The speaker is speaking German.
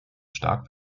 stark